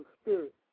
Spirit